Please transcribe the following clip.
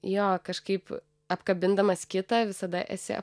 jo kažkaip apkabindamas kitą visada esi